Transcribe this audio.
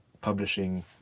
publishing